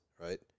right